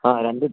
ആ രണ്ട്